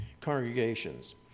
congregations